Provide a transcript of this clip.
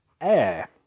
air